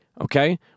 Okay